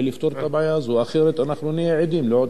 אחרת אנחנו נהיה עדים לעוד אסונות ולעוד אסונות.